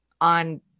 on